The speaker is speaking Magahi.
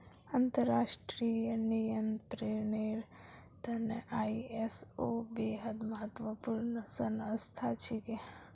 अंतर्राष्ट्रीय नियंत्रनेर त न आई.एस.ओ बेहद महत्वपूर्ण संस्था छिके